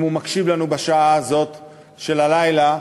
אם הוא מקשיב לנו בשעה הזאת של הלילה,